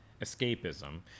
escapism